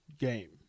Game